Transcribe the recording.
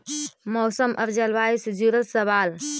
मौसम और जलवायु से जुड़ल सवाल?